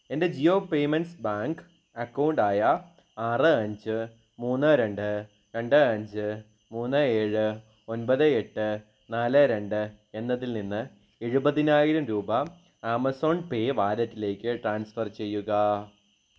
എൻ്റെ Jio payments bank അക്കൗണ്ടായ ആറ് അഞ്ച് മൂന്ന് രണ്ട് രണ്ട് അഞ്ച് മൂന്ന് ഏഴ് ഒൻപത് എട്ട് നാല് രണ്ട് എന്നതിൽ നിന്ന് എഴുപതിനായിരം രൂപ ആമസോൺ പേ വാലറ്റിലേക്ക് ട്രാൻസ്ഫർ ചെയ്യുക